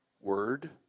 word